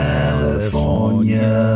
California